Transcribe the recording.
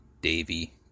Davy